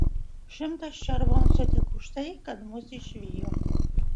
šimtas červoncų tik už tai kad mus išvijo